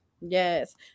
yes